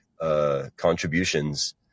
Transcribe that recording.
Contributions